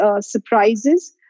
surprises